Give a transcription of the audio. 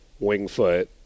Wingfoot